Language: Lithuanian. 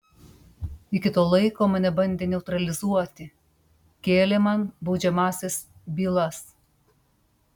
iki to laiko mane bandė neutralizuoti kėlė man baudžiamąsias bylas